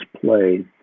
play